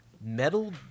Metal